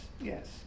yes